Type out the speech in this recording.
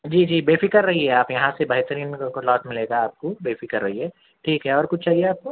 جی جی بے فکر رہیے آپ یہاں سے بہترین کلاتھ ملے گا آپ کو بے فکر رہیے ٹھیک ہے اور کچھ چاہیے آپ کو